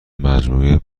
مجموعه